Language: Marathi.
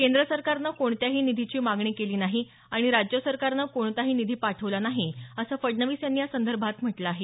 केंद्र सरकारनं कोणत्याही निधीची मागणी केली नाही आणि राज्य सरकारनं कोणताही निधी पाठवला नाही असं फडणवीस यांनी या संदर्भात म्हटलं आहे